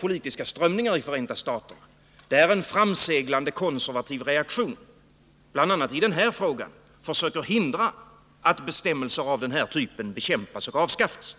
politiska strömningar i Förenta staterna, där en framseglande konservativ reaktion, bl.a. i denna fråga, har försökt att hindra att bestämmelser av aktuell typ bekämpas eller avskaffas.